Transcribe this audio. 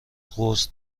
قرص